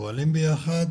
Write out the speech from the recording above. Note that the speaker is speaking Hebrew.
פועלים ביחד